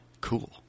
cool